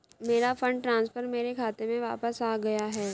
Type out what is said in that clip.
मेरा fund transfer मेरे खाते में वापस आ गया है